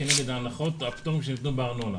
כנגד הנחות והפטורים שניתנו בארנונה.